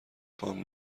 پام